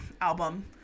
album